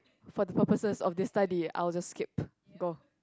for the purposes of their study I will just skip go